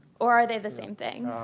or are they the same thing?